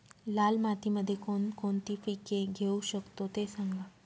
लाल मातीमध्ये कोणकोणती पिके घेऊ शकतो, ते सांगा